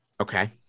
Okay